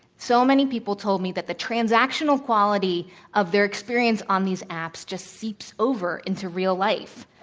so many people told me that the transactional quality of their experience on these apps just seeps over into real life.